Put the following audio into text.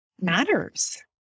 matters